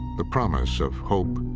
the promise of hope,